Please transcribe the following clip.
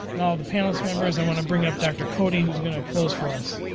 and all the panelist members. i want to bring up dr. cody, who is going to close for us.